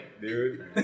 dude